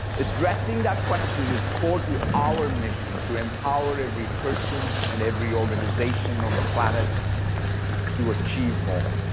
addressing that question is core to our mission to empower every person and every organization on the planet to achieve more.